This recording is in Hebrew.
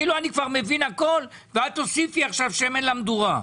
כאילו אני כבר מבין את הכול ואת תוסיפי עכשיו שמן למדורה.